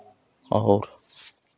और